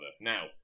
Now